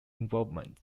involvement